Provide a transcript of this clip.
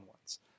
ones